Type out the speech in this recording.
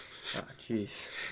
jeez